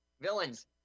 Villains